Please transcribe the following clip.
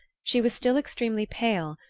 she was still extremely pale,